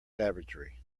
savagery